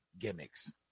gimmicks